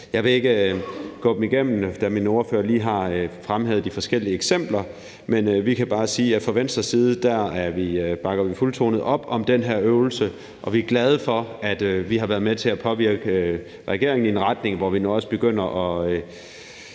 Jeg vil ikke gå dem igennem, da ordføreren lige før har fremhævet de forskellige eksempler. Men vi kan bare sige, at fra Venstres side bakker vi fuldtonet op om den her øvelse, og vi er glade for, at vi har været med til at påvirke regeringen i en retning, hvor vi nu også begynder at